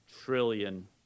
trillion